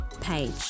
page